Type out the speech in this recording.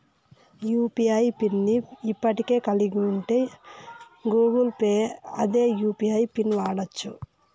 UPI pin ని ఇప్పటికే కలిగుంటే గూగుల్ పేల్ల అదే యూ.పి.ఐ పిన్ను వాడచ్చు